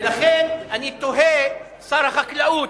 ולכן, אני תוהה, שר החקלאות.